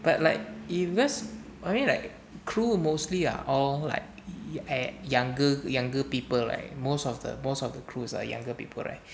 but like if this I mean like crew mostly are all like eh younger younger people like most of the most of the crews are younger people right